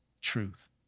truth